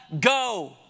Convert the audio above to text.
Go